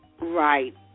Right